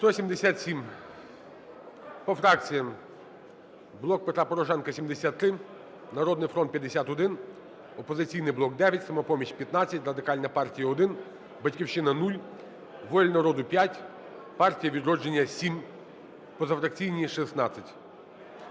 За-177 По фракціям. "Блок Петра Порошенка" – 73, "Народний фронт" – 51, "Опозиційний блок" – 9, "Самопоміч" – 15, Радикальна партія - 1, "Батьківщина" – 0, "Воля народу" – 5, "Партія "Відродження" – 7, позафракційні – 16.